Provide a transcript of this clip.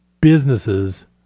businesses